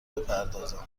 باید